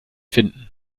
finden